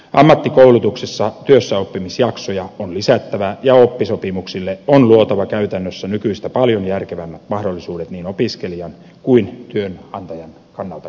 ammattikoulutuksessa työssäoppimisjaksoja on lisättävä ja oppisopimuksille on luotava käytännössä nykyistä paljon järkevämmät mahdollisuudet niin opiskelijan kuin työnantajan kannalta katsottuna